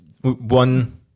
One